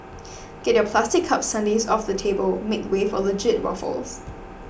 get your plastic cup sundaes off the table make way for legit waffles